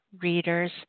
readers